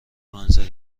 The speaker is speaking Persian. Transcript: منظره